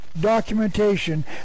documentation